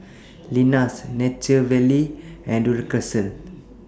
Lenas Nature Valley and Duracell